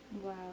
Wow